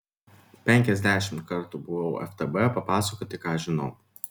penkiasdešimt kartų buvau ftb papasakoti ką žinau